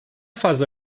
fazla